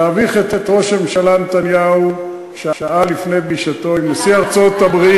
להביך את ראש הממשלה נתניהו שעה לפני פגישתו עם נשיא ארצות-הברית,